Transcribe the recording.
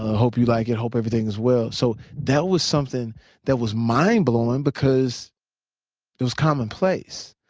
hope you like it, hope everything's well. so that was something that was mind blowing because it was commonplace.